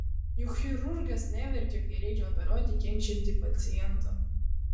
juk chirurgas neverkia kai reikia operuoti kenčiantį pacientą